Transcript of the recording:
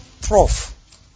Prof